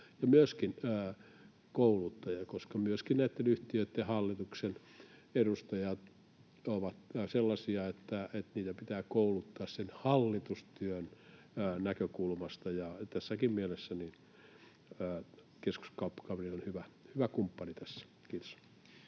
ja myöskin kouluttaja, koska myöskin näitten yhtiöitten hallitusten edustajat ovat sellaisia, että heitä pitää kouluttaa sen hallitustyön näkökulmasta. Tässäkin mielessä Keskuskauppakamari on hyvä kumppani tässä. — Kiitos.